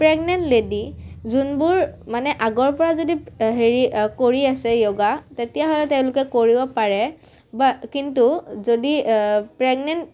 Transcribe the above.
pregnant lady যোনবোৰ মানে আগৰ পৰা যদি হেৰি কৰি আছে য়োগা তেতিয়াহ'লে তেওঁলোকে কৰিব পাৰে বা কিন্তু যদি প্ৰেগনেন্ট